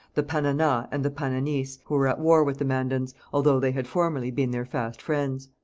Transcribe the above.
the panana and the pananis, who were at war with the mandans, although they had formerly been their fast friends.